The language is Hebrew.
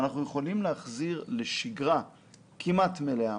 אנחנו יכולים להחזיר לשגרה כמעט מלאה.